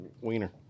wiener